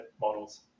models